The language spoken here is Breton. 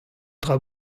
dra